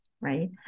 right